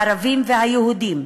הערבים והיהודים,